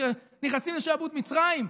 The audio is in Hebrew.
ונכנסים לשעבוד מצרים,